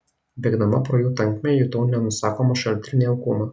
bėgdama pro jų tankmę jutau nenusakomą šaltį ir nejaukumą